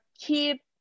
keep